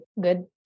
good